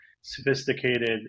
sophisticated